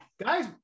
Guys